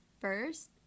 first